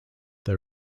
they